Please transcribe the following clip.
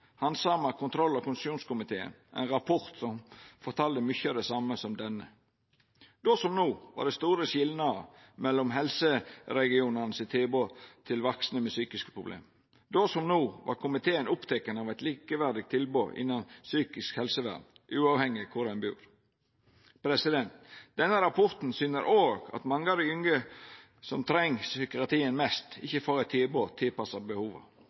handsama kontroll- og konstitusjonskomiteen ein rapport som fortalde mykje av det same som denne. Då – som no – var det store skilnader mellom helseregionane sitt tilbod til vaksne med psykiske problem. Då – som no – var komiteen oppteken av eit likeverdig tilbod innanfor psykisk helsevern, uavhengig av kvar ein bur. Denne rapporten syner òg at mange av dei unge som treng psykiatrien mest, ikkje får eit tilbod tilpassa behova.